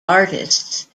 artists